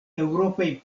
eŭropaj